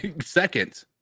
Second